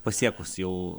pasiekus jau